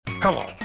Hello